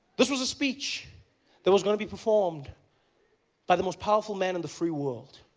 this was a speech that was going to be performed by the most powerful man in the free world